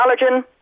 allergen